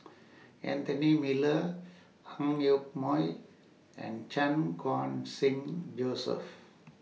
Anthony Miller Ang Yoke Mooi and Chan Khun Sing Joseph